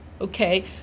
okay